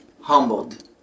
humbled